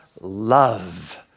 love